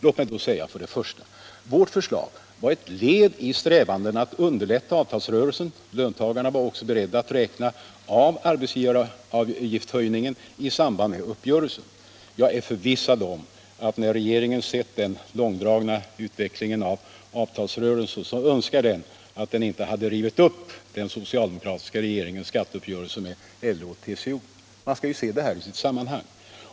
Låt mig därför säga följande. Vårt förslag var ett led i strävandena att underlätta avtalsrörelsen. Löntagarna var också beredda att räkna av arbetsgivaravgiftshöjningen i samband med uppgörelsen. Jag är förvissad om att när regeringen sett den långdragna utvecklingen av avtalsrörelsen så önskar den att den inte hade rivit upp den socialdemokratiska regeringens skatteuppgörelse med LO och TCO. Man skall ju se det här i sitt sammanhang.